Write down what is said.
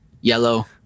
Yellow